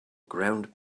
ground